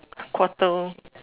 quarter